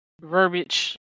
verbiage